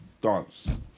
dance